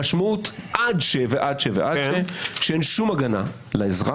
המשמעות היא שאין שום הגנה לאזרח.